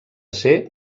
ser